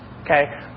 okay